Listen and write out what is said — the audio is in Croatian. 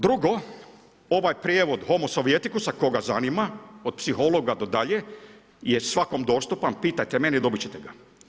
Drugo, ovaj prijevod homosov i etikus, koga zanima, od psihologa do dalje, je svakom dostupan, pitajte mene i dobiti ćete ga.